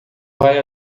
vai